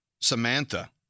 Samantha